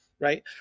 right